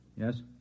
Yes